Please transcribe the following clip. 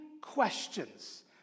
questions